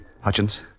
Hutchins